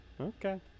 Okay